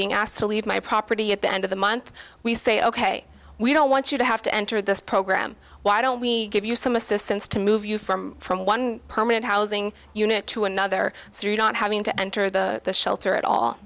being asked to leave my property at the end of the month we say ok we don't want you to have to enter this program why don't we give you some assistance to move you from from one permanent housing unit to another three not having to enter the shelter at all